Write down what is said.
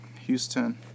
Houston